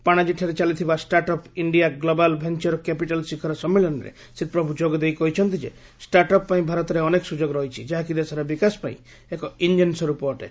ପାଣାଜିଠାରେ ଚାଲିଥିବା start up India global venture capital ଶିଖର ସମ୍ମିଳନୀରେ ଶ୍ରୀ ପ୍ରଭୁ ଯୋଗଦେଇ କହିଛନ୍ତି ଯେ ଷ୍ଟାର୍ଟ୍ ଅପ୍ ପାଇଁ ଭାରତରେ ଅନେକ ସୁଯୋଗ ରହିଛି ଯାହାକି ଦେଶର ବିକାଶ ପାଇଁ ଏକ ଇଞ୍ଜିନ ସ୍ୱରପ ଅଟେ